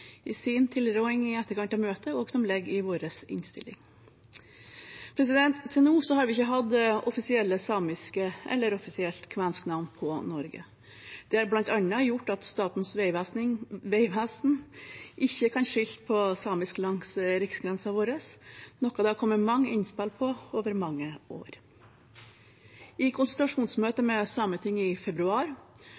i sin tilråding i etterkant av møtet og som ligger i vår innstilling Til nå har vi ikke hatt offisielle samiske eller offisielt kvensk navn på Norge. Det har bl.a. gjort at Statens vegvesen ikke kan skilte på samisk langs riksgrensen vår, noe det har kommet mange innspill på over mange år. I